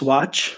Watch